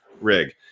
rig